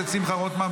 רוטמן,